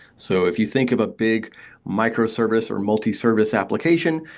so if you think of a big micro-service or multi-service application,